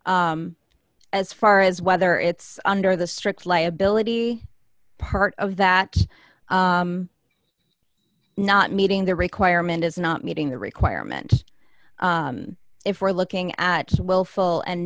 ten as far as whether it's under the strict liability part of that not meeting the requirement is not meeting the requirement if we're looking at a willful and